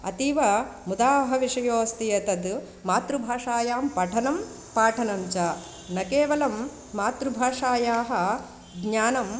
अतीव मुदाह विषयोस्ति एतद् मातृभाषायां पठनं पाठनञ्च न केवलं मातृभाषायाः ज्ञानं